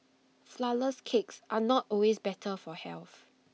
Flourless Cakes are not always better for health